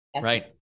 right